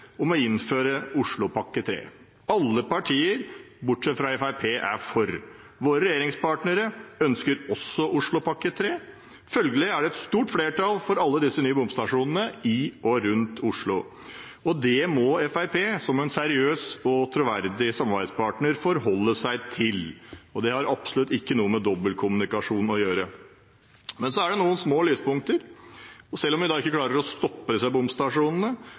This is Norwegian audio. om å innføre Oslopakke 3. Alle partier, bortsett fra Fremskrittspartiet, er for. Våre regjeringspartnere ønsker også Oslopakke 3. Følgelig er det et stort flertall for alle disse nye bomstasjonene i og rundt Oslo, og det må Fremskrittspartiet som en seriøs og troverdig samarbeidspartner forholde seg til. Og det har absolutt ikke noe med dobbeltkommunikasjon å gjøre. Men det er noen små lyspunkter. Selv om vi ikke klarer å stoppe disse bomstasjonene,